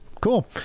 Cool